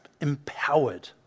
empowered